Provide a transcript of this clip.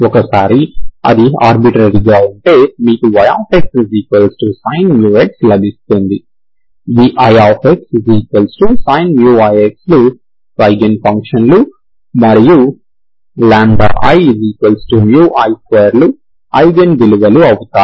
ఒకసారి అది ఆర్బిట్రరీ గా ఉంటే మీకు yxsin μx లభిస్తుంది vixSin ix లు ఐగెన్ ఫంక్షన్లు మరియు ii2 లు ఐగెన్ విలువలు అవుతాయి